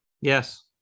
Yes